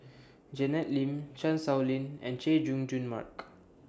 Janet Lim Chan Sow Lin and Chay Jung Jun Mark